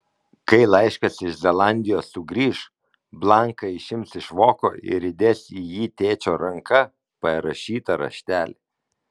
kai laiškas iš zelandijos sugrįš blanką išims iš voko ir įdės į jį tėčio ranka parašytą raštelį